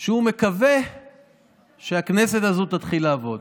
שהוא מקווה שהכנסת הזו תתחיל לעבוד.